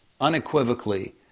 unequivocally